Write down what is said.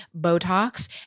Botox